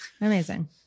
Amazing